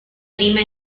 prima